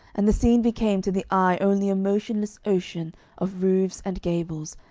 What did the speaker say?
and the scene became to the eye only a motionless ocean of roofs and gables,